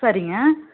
சரிங்க